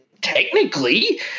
technically